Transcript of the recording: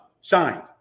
Signed